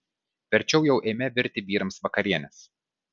verčiau jau eime virti vyrams vakarienės